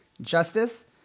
justice